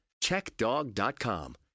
CheckDog.com